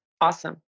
Awesome